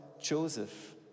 Joseph